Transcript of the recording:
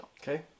Okay